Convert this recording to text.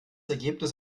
ergebnis